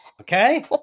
Okay